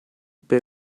per